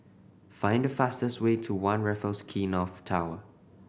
find the fastest way to One Raffles Quay North Tower